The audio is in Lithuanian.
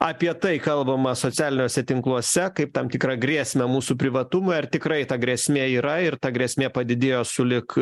apie tai kalbama socialiniuose tinkluose kaip tam tikrą grėsmę mūsų privatumui ar tikrai ta grėsmė yra ir ta grėsmė padidėjo sulig